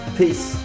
peace